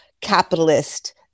capitalist